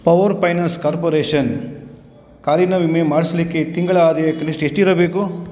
power finance corporation ಕಾರಿನ ವಿಮೆ ಮಾಡಿಸ್ಲಿಕ್ಕೆ ತಿಂಗಳ ಆದಾಯ ಕನಿಷ್ಠ ಎಷ್ಟಿರಬೇಕು